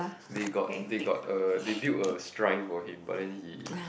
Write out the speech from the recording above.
they got they got uh they built a shrine for him but then he